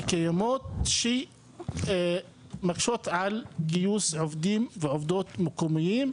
שקיימות שמקשות על גיוס עובדים ועובדות מקומיים,